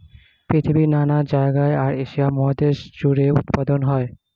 পৃথিবীর নানা জায়গায় আর এশিয়া মহাদেশ জুড়ে উৎপাদন হয়